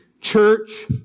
Church